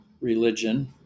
religion